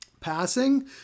Passing